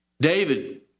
David